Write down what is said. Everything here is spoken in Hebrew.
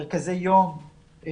מרכזי יום,